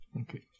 Okay